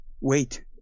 Wait